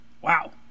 Wow